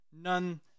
none